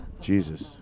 Jesus